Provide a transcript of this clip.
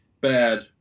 bad